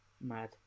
Mad